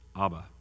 Abba